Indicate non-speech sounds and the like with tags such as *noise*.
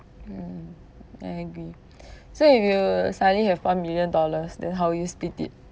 yeah I agree *breath* so if you suddenly have one million dollars then how will you split it